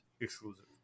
exclusive